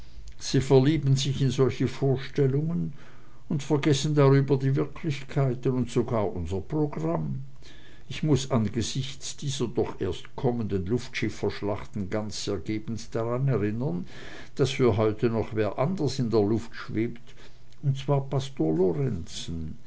sie verlieben sich in solche vorstellungen und vergessen darüber die wirklichkeiten und sogar unser programm ich muß angesichts dieser doch erst kommenden luftschifferschlachten ganz ergebenst daran erinnern daß für heute noch wer anders in der luft schwebt und zwar pastor